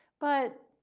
but